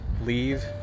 leave